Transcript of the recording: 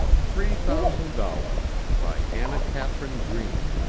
three thousand dollars by anna katharine green